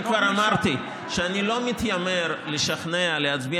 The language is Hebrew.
אני כבר אמרתי שאני לא מתיימר לשכנע להצביע